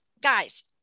guys